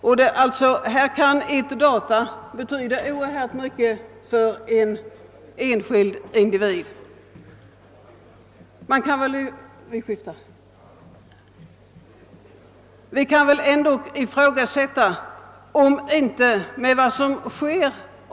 Ett datum kan således betyda oerhört mycket för den enskilda individen.